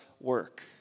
work